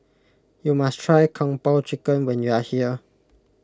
you must try Kung Po Chicken when you are here